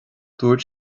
dúirt